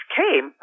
came